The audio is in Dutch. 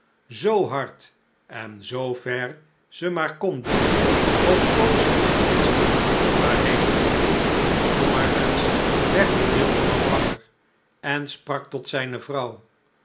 zoo hard en zoo ver ze maar konden ofschoon ze niet wisten waarheen s morgens werd de wildeman wakker en sprak tot zijne vrouw